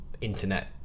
internet